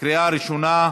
לקריאה ראשונה.